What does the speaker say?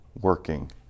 working